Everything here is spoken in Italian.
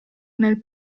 nel